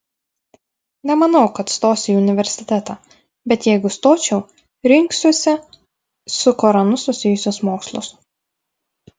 nemanau kad stosiu į universitetą bet jeigu stočiau rinksiuosi su koranu susijusius mokslus